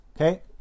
okay